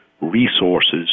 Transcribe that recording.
resources